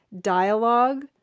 dialogue